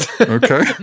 okay